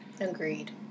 agreed